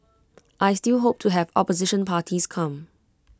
I still hope to have opposition parties come